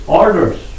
orders